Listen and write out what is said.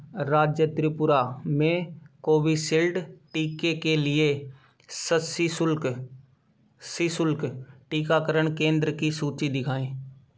राज्य त्रिपुरा में कोविशील्ड टीके के लिए सशुल्क सशुल्क टीकाकरण केंद्र की सूची दिखाएँ